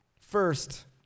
First